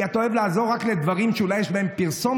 כי אתה אוהב לעזור רק לדברים שאולי יש בהם פרסומת,